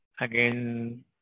Again